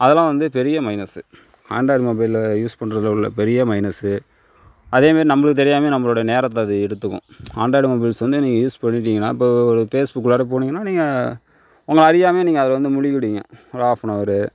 அதெல்லாம் வந்து பெரிய மைனஸு ஆண்ட்ராய்டு மொபைலில் யூஸ் பண்றதில் உள்ள பெரிய மைனஸு அதேமாரி நம்மளுக்கு தெரியாமலே நம்மளோடய நேரத்தை அது எடுத்துக்கும் ஆண்ட்ராய்டு மொபைல்ஸ் வந்து நீங்கள் யூஸ் பண்ணிட்டிங்கன்னா இப்போ ஒரு ஃபேஸ்புக்கில் உள்ளார போனீங்ன்னா நீங்கள் உங்களை அறியாமலேயே நீங்கள் அதில் வந்து மூழ்கிடுவீங்க ஒரு ஆஃப்னவர்